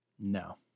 No